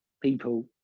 people